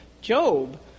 Job